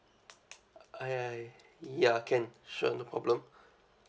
I I ya can sure no problem